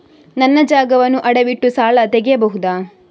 ನನ್ನ ಜಾಗವನ್ನು ಅಡವಿಟ್ಟು ಸಾಲ ತೆಗೆಯಬಹುದ?